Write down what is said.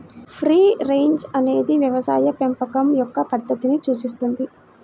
free range అనేది వ్యవసాయ పెంపకం యొక్క పద్ధతిని సూచిస్తుంది